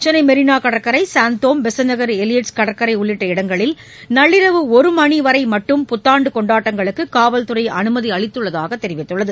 சென்னைமெரிளாகடற்களர் சாந்தோம் பெசன்ட்நகர் எலியட்ஸ் கடற்கரைஉள்ளிட்ட இடங்களில் நள்ளிரவு ஒருமணிவரைமட்டும் புத்தாண்டுகொண்டாட்டங்களுக்குகாவல்துறைஅனுமதிஅளித்துள்ளதாகதெரிவித்துள்ளது